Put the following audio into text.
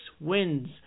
wins